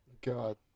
God